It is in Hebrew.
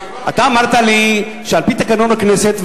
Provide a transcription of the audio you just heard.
אתה אמרת לי שעל-פי תקנון הכנסת,